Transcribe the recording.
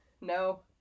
No